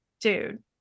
dude